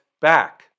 back